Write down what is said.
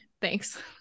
thanks